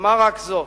אומר רק זאת: